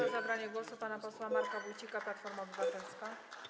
Proszę o zabranie głosu pana posła Marka Wójcika, Platforma Obywatelska.